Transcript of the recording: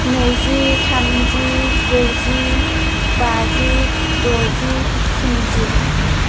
नैजि थामजि ब्रैजि बाजि द'जि स्निजि